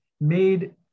made